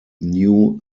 new